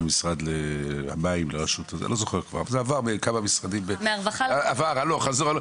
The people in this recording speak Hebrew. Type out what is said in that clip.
זה עבר בכמה משרדים, עבר הלוך, חזור.